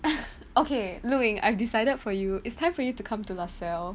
okay lu ying I've decided for you it's time for you to come to lasalle